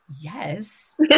Yes